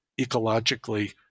ecologically